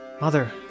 Mother